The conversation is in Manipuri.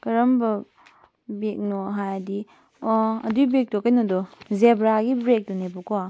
ꯀꯔꯝꯕ ꯕꯦꯒꯅꯣ ꯍꯥꯏꯔꯗꯤ ꯑꯣ ꯑꯗꯨꯏ ꯕꯦꯒꯇꯣ ꯀꯩꯅꯣꯗꯣ ꯖꯦꯕ꯭ꯔꯥꯒꯤ ꯕꯦꯒꯇꯨꯅꯦꯕꯀꯣ